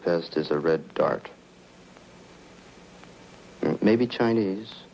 est is a red dark maybe chinese